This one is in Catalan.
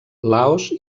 laos